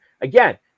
Again